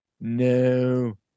No